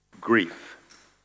grief